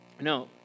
No